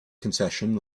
concession